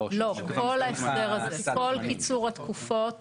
לא, כל ההסדר הזה, כל קיצור התקופות